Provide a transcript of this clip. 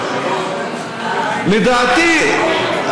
לדעתי,